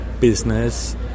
business